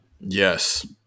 Yes